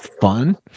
fun